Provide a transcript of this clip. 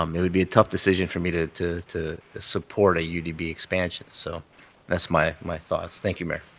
um it would be a tough decision for me to to support a u d b. expansion. so that's my my thoughts. thank you, mayor.